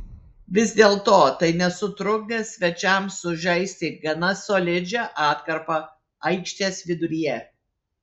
vis dėlto tai nesutrukdė svečiams sužaisti gana solidžią atkarpą aikštės viduryje